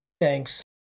thanks